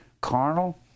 carnal